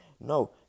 No